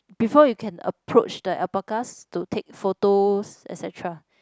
before you can approach the alpacas to take photos et cetera